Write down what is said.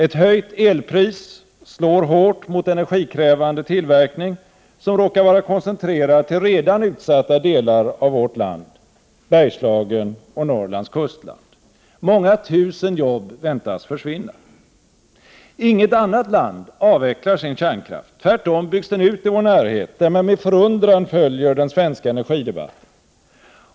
Ett höjt elpris slår hårt mot energikrävande tillverkning, som råkar vara koncentrerad till redan utsatta delar av vårt land —- Bergslagen och Norrlands kustland. Många tusen jobb väntas försvinna. Inget annat land avvecklar sin kärnkraft — tvärtom byggs den ut i vår närhet, där man med förundran följer den svenska energidebatten.